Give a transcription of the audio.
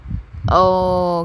oh okay